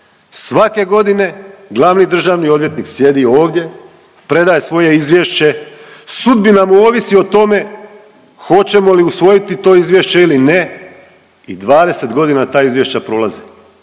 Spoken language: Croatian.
Svake godine glavni državni odvjetnik sjedi ovdje, predaje svoje izvješće, sudbina mu ovisi o tome hoćemo li usvojiti to izvješće ili ne i 20 godina ta izvješća prolaze